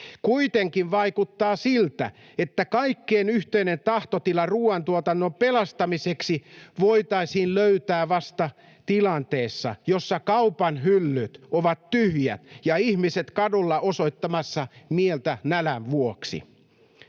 Kuitenkin vaikuttaa siltä, että kaikkien yhteinen tahtotila ruuantuotannon pelastamiseksi voitaisiin löytää vasta tilanteessa, jossa kaupan hyllyt ovat tyhjät ja ihmiset kadulla osoittamassa mieltä nälän vuoksi.